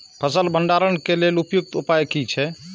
फसल भंडारण के लेल उपयुक्त उपाय कि छै?